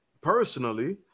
personally